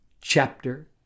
chapter